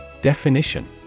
Definition